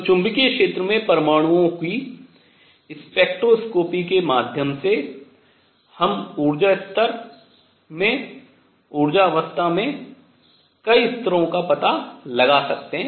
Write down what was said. तो चुंबकीय क्षेत्र में परमाणुओं की स्पेक्ट्रोस्कोपी के माध्यम से हम ऊर्जा स्तर में ऊर्जा अवस्था में कई स्तरों का पता लगा सकते हैं